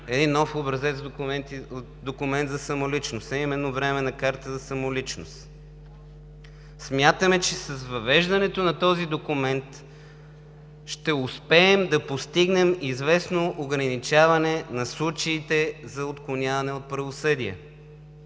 един нов образец документ за самоличност, а именно временна карта за самоличност. Смятаме, че с въвеждането на този документ ще успеем да постигнем известно ограничаване на случаите за отклоняване от правосъдие.